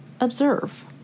observe